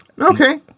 Okay